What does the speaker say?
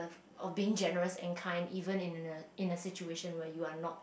of being generous and kind even in a in a situation where you are not